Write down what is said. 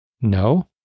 No